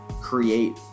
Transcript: create